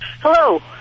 Hello